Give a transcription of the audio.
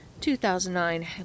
2009